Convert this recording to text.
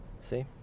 See